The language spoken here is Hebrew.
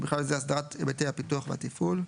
ובכלל זה הסדרת היבטי הפיתוח והתפעול,